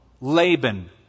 Laban